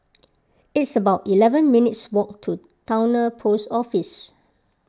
it's about eleven minutes' walk to Towner Post Office